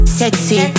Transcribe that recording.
sexy